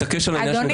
אני מתעקש על שעה.